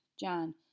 John